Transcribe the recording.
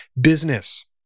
business